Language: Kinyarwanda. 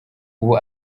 ubu